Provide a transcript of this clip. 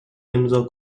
امضاء